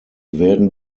werden